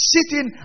Sitting